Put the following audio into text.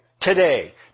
Today